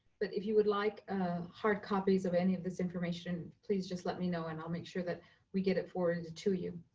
but if you would like hard copies of any of this information, please just let me know, and i'll make sure that we get it forwarded to you.